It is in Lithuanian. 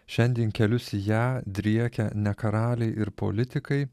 šiandien kelius į ją driekia ne karaliai ir politikai